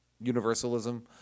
universalism